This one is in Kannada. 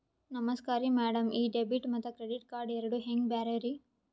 ನಮಸ್ಕಾರ್ರಿ ಮ್ಯಾಡಂ ಈ ಡೆಬಿಟ ಮತ್ತ ಕ್ರೆಡಿಟ್ ಕಾರ್ಡ್ ಎರಡೂ ಹೆಂಗ ಬ್ಯಾರೆ ರಿ?